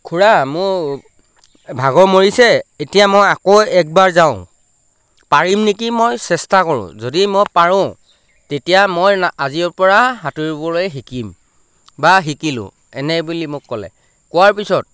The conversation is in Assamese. খুৰা মোৰ ভাগৰ মৰিছে এতিয়া মই আকৌ এবাৰ যাওঁ পাৰিম নেকি মই চেষ্টা কৰোঁ যদি মই পাৰোঁ তেতিয়া মই আজিৰপৰা সাঁতুৰিবলৈ শিকিম বা শিকিলোঁ এনেকৈ বুলি মোক ক'লে কোৱাৰ পিছত